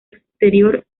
exterior